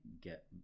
get